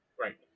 right